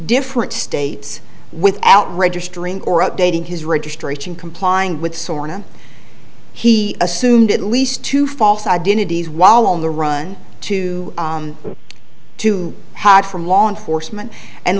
different states without registering or updating his registration complying with sora he assumed at least two false identities while on the run to two had from law enforcement and